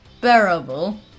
bearable